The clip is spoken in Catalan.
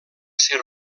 ser